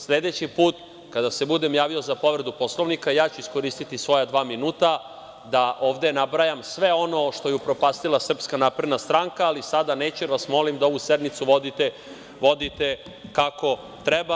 Sledeći put kada se budem javio za povredu Poslovnika, iskoristiću svoja dva minuta da ovde nabrajam sve ono što je upropastila SNS, ali sada neću jer vas molim da ovu sednicu vodite kako treba.